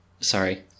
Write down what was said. sorry